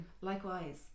Likewise